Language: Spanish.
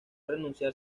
renunciar